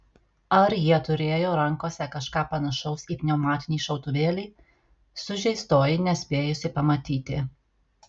ar jie turėjo rankose kažką panašaus į pneumatinį šautuvėlį sužeistoji nespėjusi pamatyti